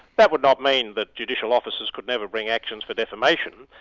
that would not mean that judicial officers could never bring actions for defamation,